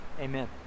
amen